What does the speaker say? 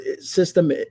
system